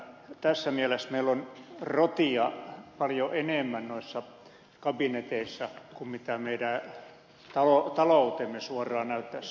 tässä mielessä meillä on rotia paljon enemmän noissa kabineteissa kuin mitä meidän taloutemme suoraan näyttäisi